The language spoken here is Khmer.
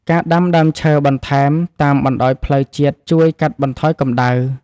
ការដាំដើមឈើបន្ថែមតាមបណ្តោយផ្លូវជាតិជួយកាត់បន្ថយកម្ដៅ។